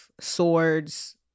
swords